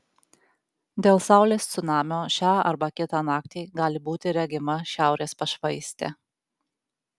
dėl saulės cunamio šią arba kitą naktį gali būti regima šiaurės pašvaistė